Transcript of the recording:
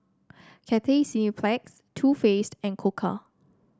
Cathay Cineplex Too Faced and Koka